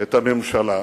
את הממשלה,